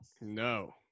No